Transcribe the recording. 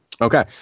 Okay